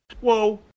Whoa